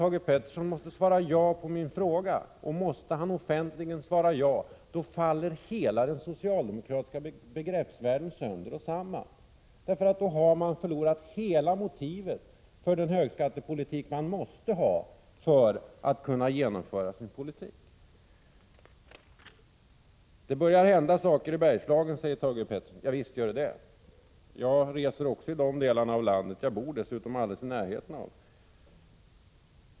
Han måste nämligen svara ja på min fråga, och måste han offentligen svara ja faller hela den socialdemokratiska begreppsvärlden sönder och samman, för då har man förlorat hela motivet för den högskattelinje man måste ha för att kunna genomföra sin politik. Det börjar hända saker i Bergslagen, säger Thage G. Peterson. Ja, visst gör det det. Jag reser också i de delarna av landet och jag bor dessutom alldeles i närheten av dem.